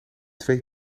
twee